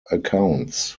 accounts